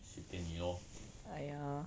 随便你 lor